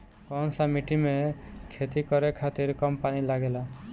कौन सा मिट्टी में खेती करे खातिर कम पानी लागेला?